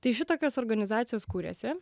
tai šitokios organizacijos kūrėsi